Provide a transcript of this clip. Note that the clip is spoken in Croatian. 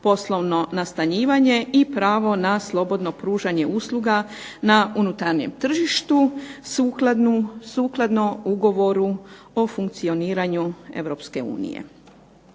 poslovno nastanjivanje i pravo na slobodno pružanje usluga na unutarnjem tržištu sukladno ugovoru o funkcioniranju EU.